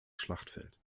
schlachtfeld